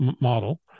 model